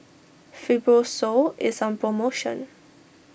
Fibrosol is on promotion